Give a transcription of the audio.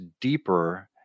deeper